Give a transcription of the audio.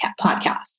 podcast